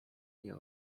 nie